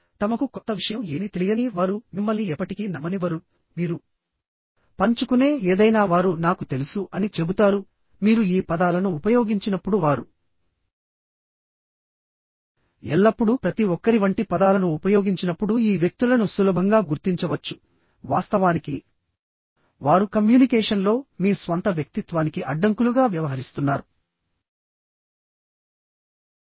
తమకు కొత్త విషయం ఏమీ తెలియదని వారు మిమ్మల్ని ఎప్పటికీ నమ్మనివ్వరు మీరు పంచుకునే ఏదైనా వారు నాకు తెలుసు అని చెబుతారు మీరు ఈ పదాలను ఉపయోగించినప్పుడు వారు ఎల్లప్పుడూ ప్రతి ఒక్కరి వంటి పదాలను ఉపయోగించినప్పుడు ఈ వ్యక్తులను సులభంగా గుర్తించవచ్చు వాస్తవానికి వారు కమ్యూనికేషన్లో మీ స్వంత వ్యక్తిత్వానికి అడ్డంకులుగా వ్యవహరిస్తున్నారు